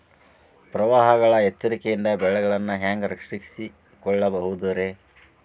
ಪ್ರವಾಹಗಳ ಎಚ್ಚರಿಕೆಯಿಂದ ಬೆಳೆಗಳನ್ನ ಹ್ಯಾಂಗ ರಕ್ಷಿಸಿಕೊಳ್ಳಬಹುದುರೇ?